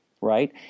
right